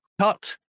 cut